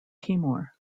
timor